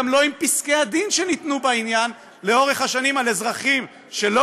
גם לא עם פסקי הדין שניתנו בעניין לאורך השנים על אזרחים שלא